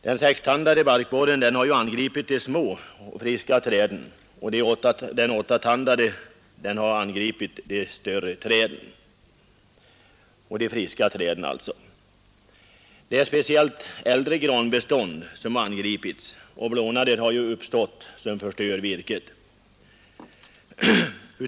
Den sextandade barkborren har angnpit de små och friska träden, och den ättatandade har angnpit de stora friska träden. Det är framtör allt äldre granbestånd som angripits. och blånader hat uppstått som förstör virket.